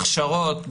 הכשרות,